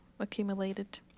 accumulated